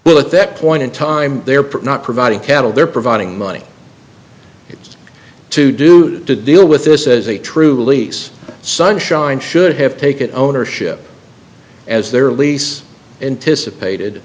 well at that point in time they're pretty not providing cattle they're providing money it's to do to deal with this is a true lease sunshine should have taken ownership as their lease anticipated